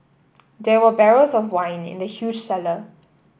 there were barrels of wine in the huge cellar